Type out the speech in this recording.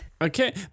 okay